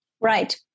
Right